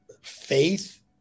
faith